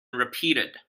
repeated